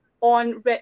on